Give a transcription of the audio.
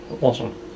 awesome